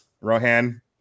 Rohan